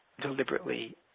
deliberately